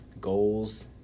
goals